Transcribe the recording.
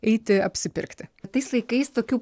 eiti apsipirkti tais laikais tokių